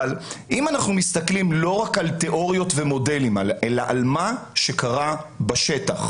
אם אנחנו מסתכלים לא רק על תיאוריות ומודלים אלא על מה שקרה בשטח,